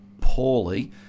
poorly